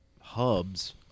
hubs